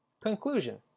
Conclusion